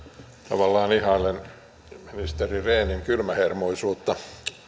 tavallaan ihailen ministeri rehnin kylmähermoisuutta